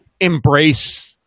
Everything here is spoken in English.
embrace